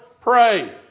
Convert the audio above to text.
pray